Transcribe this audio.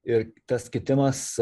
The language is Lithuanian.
ir tas kitimas